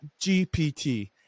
GPT